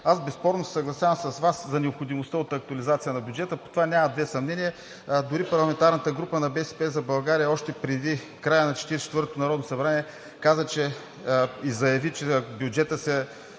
аз безспорно се съгласявам с Вас за необходимостта от актуализация на бюджета – по това няма две мнения. Дори парламентарната група на „БСП за България“ още преди края на 44-тото народно събрание каза и заяви, че бюджетът се